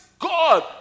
God